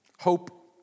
Hope